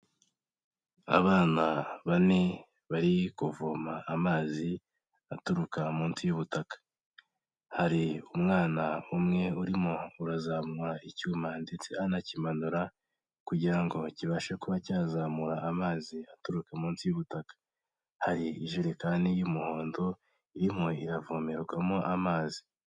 Abana bane bari kuvoma amazi aturuka munsi y'ubutaka, hari umwana umwe urimo urazamura icyuma ndetse anakimanura, kugira ngo kibashe kuba cyazamura amazi aturuka munsi y'ubutaka, hari ijerekani y'umuhondo irimo iravomerwamo amazi.